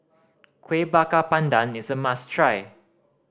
Kuih Bakar Pandan is a must try